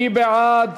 מי בעד?